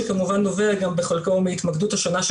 שכמובן נובע בחלקו מהתמקדות השונה של